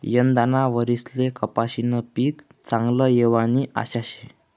यंदाना वरीसले कपाशीनं पीक चांगलं येवानी आशा शे